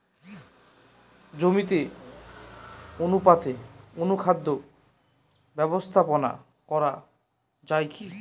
জমিতে অনুপাতে অনুখাদ্য ব্যবস্থাপনা করা য়ায় কি?